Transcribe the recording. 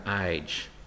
age